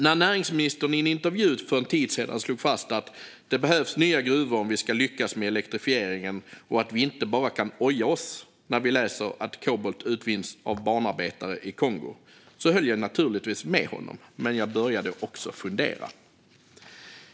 När näringsministern i en intervju för en tid sedan slog fast att det behövs nya gruvor om vi ska lyckas med elektrifieringen och att vi inte bara kan oja oss när vi läser att kobolt utvinns av barnarbetare i Kongo höll jag naturligtvis med, men jag började också fundera.